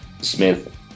Smith